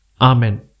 Amen